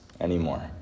anymore